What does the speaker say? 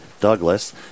Douglas